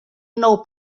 nou